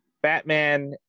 Batman